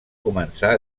començar